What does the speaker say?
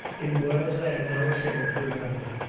in words i am now ashamed to remember.